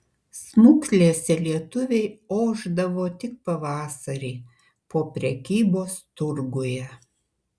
smuklėse lietuviai ošdavo tik pavasarį po prekybos turguje